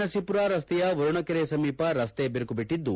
ನರಸೀಪುರ ರಸ್ತೆಯ ವರುಣ ಕೆರೆ ಸಮೀಪ ರಸ್ತೆ ಬಿರುಕು ಬಿಟ್ಟಿದ್ದು